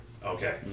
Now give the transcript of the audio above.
Okay